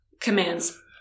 commands